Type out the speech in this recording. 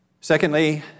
Secondly